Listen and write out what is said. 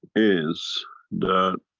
is that